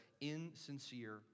insincere